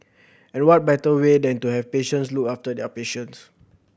and what better way than to have patients look after their patients